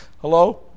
Hello